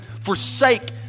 forsake